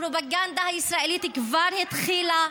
הפרופגנדה הישראלית כבר התחילה,